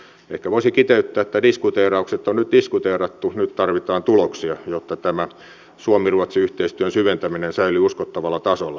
ehkä voisi kiteyttää että diskuteeraukset on nyt diskuteerattu nyt tarvitaan tuloksia jotta tämän suomiruotsi yhteistyön syventäminen säilyy uskottavalla tasolla